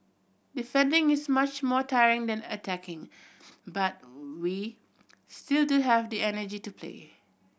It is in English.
defending is much more tiring than attacking but we still do have the energy to play